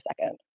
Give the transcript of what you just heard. second